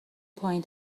پایین